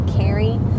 carry